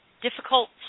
difficult